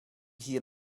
hier